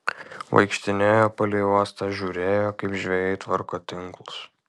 vaikštinėjo palei uostą žiūrėjo kaip žvejai tvarko tinklus